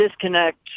disconnect